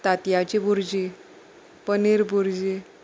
तांतयांची भुरजी पनीर भुरजी